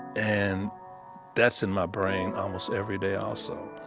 and that's in my brain almost every day also